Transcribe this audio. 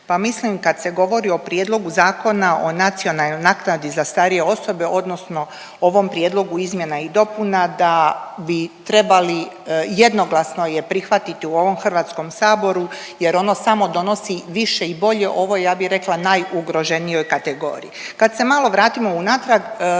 pa mislim kad se govori o prijedlogu Zakona o nacionalnoj naknadi za starije osobe odnosno o ovom prijedlogu izmjena i dopuna da bi trebali jednoglasno je prihvatiti u ovom HS jer ono samo donosi više i bolje ovoj ja bi rekla najugroženijoj kategoriji. Kad se malo vratimo unatrag